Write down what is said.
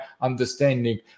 understanding